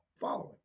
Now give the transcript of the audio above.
following